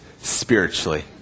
spiritually